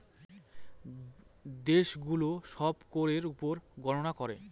দেশে গুলো সব করের উপর গননা করে